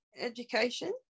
education